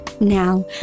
Now